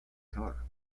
guitar